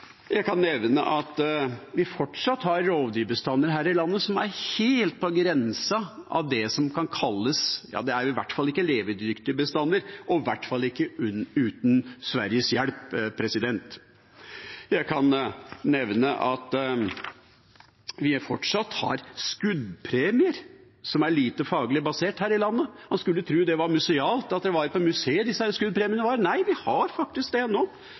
Jeg kan nevne at vi fortsatt har rovdyrbestander her i landet som er helt på grensa av det som kan kalles – ja, det er i hvert fall ikke levedyktige bestander, og i hvert fall ikke uten Sveriges hjelp. Jeg kan nevne at vi fortsatt har skuddpremier som er lite faglig basert her i landet. Man skulle tro det var musealt, at det var på museum disse skuddpremiene var. Men nei, vi har det faktisk ennå, det